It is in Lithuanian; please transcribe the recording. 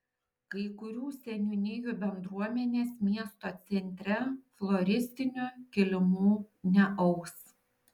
kai kurių seniūnijų bendruomenės miesto centre floristinių kilimų neaus